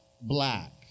black